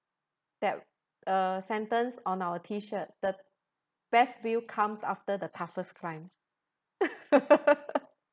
that uh sentence on our T shirt the best view comes after the toughest climb